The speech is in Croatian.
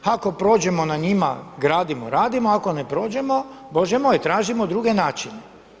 Ako prođemo na njima gradimo-radimo, ako ne prođemo bože moj, tražimo druge načine.